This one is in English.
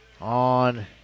on